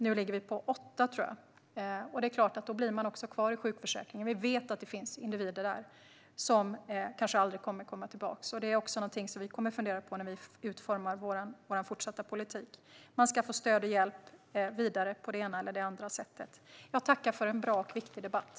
Nu tror jag att det är 8 000 personer, och det är klart att det innebär att många blir kvar i sjukförsäkringen. Vi vet att det finns individer där som kanske aldrig kommer att komma tillbaka, och det är också någonting som vi kommer att fundera på när vi utformar vår fortsatta politik. Man ska få stöd och hjälp vidare på det ena eller andra sättet. Jag tackar för en bra och viktig debatt.